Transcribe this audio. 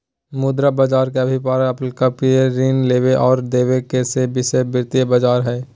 मुद्रा बज़ार के अभिप्राय अल्पकालिक ऋण लेबे और देबे ले वैश्विक वित्तीय बज़ार हइ